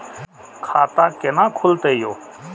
खाता केना खुलतै यो